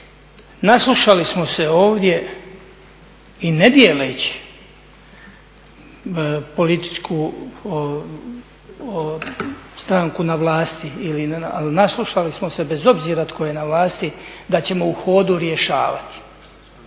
naslušali smo se ovdje i ne dijeleći političku stranku na vlasti, ali naslušali smo se bez obzira tko je na vlasti da ćemo u hodu rješavati.